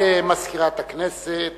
מזכ"ל